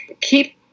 Keep